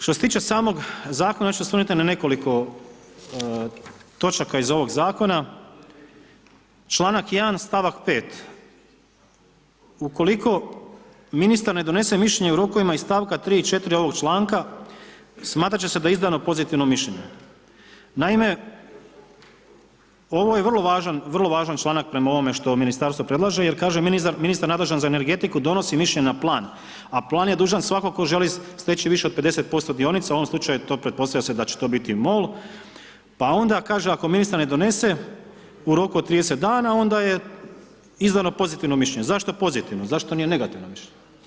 Što se tiče samog zakona ja ću se osvrnuti na nekoliko točaka iz ovog zakona čl. 1. st. 5. „ukoliko ministar ne donese mišljenje u rokovima iz st. 3. i 4. ovog članka, smatrat će se da je izdano pozitivno mišljenje.“ Naime, ovo je vrlo važan članak prema ovome što ministarstvo predlaže jer kaže „ministar nadležan za energetiku, donosi mišljenje na plan, a plan je dužan svakome tko želi steći više od 50% dionica“, u ovom slučaju, to pretpostavlja se da će to biti MOL, pa onda kaže „ako ministar ne donese u roku od 30 dana onda je izdano pozitivno mišljenje.“ Zašto pozitivno, zašto nije negativno mišljenje?